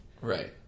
Right